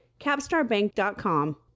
capstarbank.com